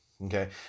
Okay